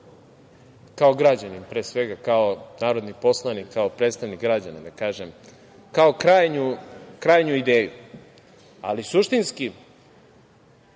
kao građanin, pre svega, kao narodni poslanik, kao predstavnik građana, da kažem, kao krajnju ideju. Ali, suštinski,